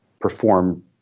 perform